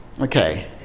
Okay